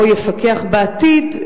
או יפקח בעתיד,